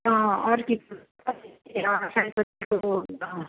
अँ अर्किड फुल अँ सयपत्रीको